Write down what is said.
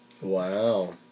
Wow